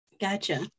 Gotcha